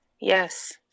Yes